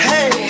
Hey